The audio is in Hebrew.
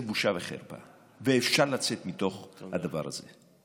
זה בושה וחרפה, ואפשר לצאת מתוך הדבר הזה.